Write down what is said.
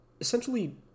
essentially